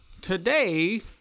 today